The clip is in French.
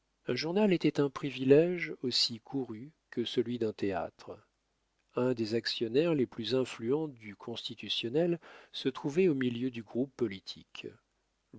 un journal était un privilége aussi couru que celui d'un théâtre un des actionnaires les plus influents du constitutionnel se trouvait au milieu du groupe politique